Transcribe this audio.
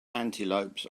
antelopes